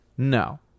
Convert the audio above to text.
No